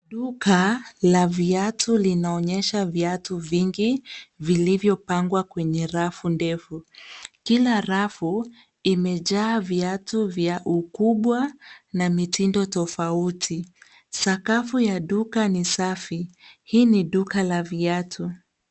Duka la viatu linaonyesha viatu vingi vilivyopangwa kwenye rafu ndefu. Kila rafu imejaa viatu vya ukubwa na mitindo tofauti. Sakafu ya duka ni safi. Hii ni duka la viatu.